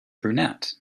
brunette